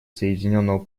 соединенного